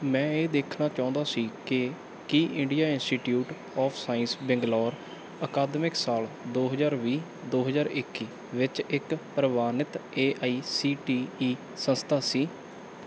ਮੈਂ ਇਹ ਦੇਖਣਾ ਚਾਹੁੰਦਾ ਸੀ ਕਿ ਕੀ Indian institute of science Bangalore ਅਕਾਦਮਿਕ ਸਾਲ ਦੋ ਹਜ਼ਾਰ ਵੀਹ ਦੋ ਹਜ਼ਾਰ ਇੱਕੀ ਵਿੱਚ ਇੱਕ ਪ੍ਰਵਾਨਿਤ A I C T E ਸੰਸਥਾ ਸੀ